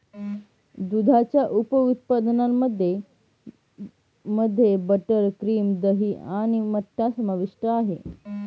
दुधाच्या उप उत्पादनांमध्ये मध्ये बटर, क्रीम, दही आणि मठ्ठा समाविष्ट आहे